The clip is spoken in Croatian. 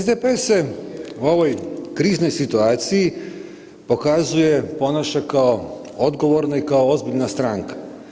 SDP se u ovoj kriznoj situaciji pokazuje, ponaša kao odgovorno i kao ozbiljna stranka.